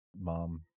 mom